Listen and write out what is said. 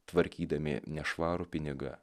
tvarkydami nešvarų pinigą